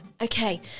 Okay